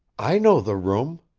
i know the room,